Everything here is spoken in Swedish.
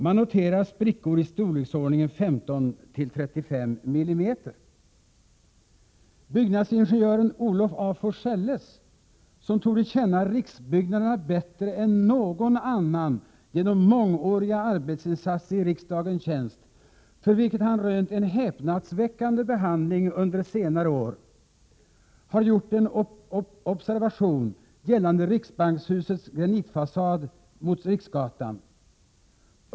Man noterade sprickor i storleksordningen 15-35 mm. Byggnadsingenjören Olof af Forselles, som torde känna riksbyggnaderna bättre än någon annan genom mångåriga arbetsinsatser i riksdagens tjänst, för vilket han rönt en häpnadsväckande behandling under senare år, har gjort en observation gällande riksbankshusets granitfasad mot Riksgatan.